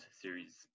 series